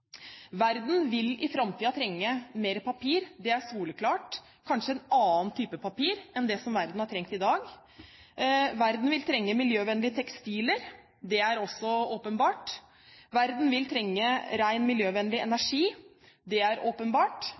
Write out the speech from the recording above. Verden vil i framtiden trenge mer papir, det er soleklart, kanskje en annen type papir enn det verden har trengt til i dag. Verden vil trenge miljøvennlige tekstiler. Det er også åpenbart. Verden vil trenge ren, miljøvennlig energi. Det er åpenbart.